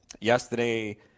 yesterday